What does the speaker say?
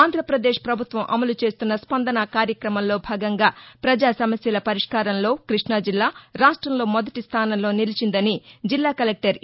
ఆంధ్రప్రదేశ్ పభుత్వం అమలు చేస్తున్న స్పందన కార్యక్రమంలో భాగంగా ప్రజా సమస్యల పరిష్కారంలో క్బష్టాజిల్లా రాష్ట్రంలో మొదటి స్థానంలో నిలిచిందని జిల్లా కలెక్లర్ ఎ